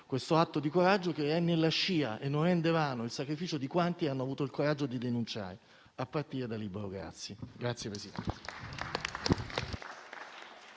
questo atto di coraggio che è nella scia e non rende vano il sacrificio di quanti hanno avuto il coraggio di denunciare, a partire da Libero Grassi.